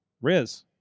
Riz